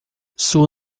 sua